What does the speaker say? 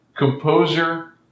Composer